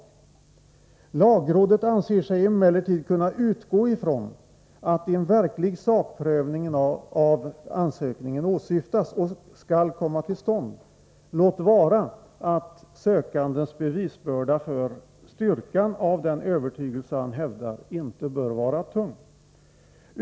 Lagrådet anser sig emellertid kunna utgå från att en verklig sakprövning av ansökningen åsyftas och skall komma till stånd, låt vara att sökandens bevisbörda för styrkan av den övertygelse han hävdar inte bör vara tung.